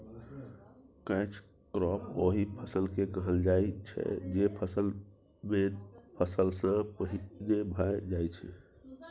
catch crop ओहि फसल केँ कहल जाइ छै जे फसल मेन फसल सँ पहिने भए जाइ छै